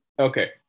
Okay